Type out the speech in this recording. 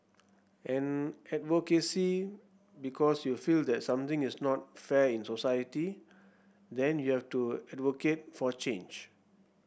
and advocacy because you feel that something is not fair in society then you have to advocate for change